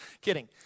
Kidding